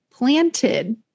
planted